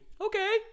okay